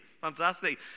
fantastic